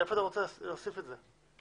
איפה אתה רוצה להוסיף את זה?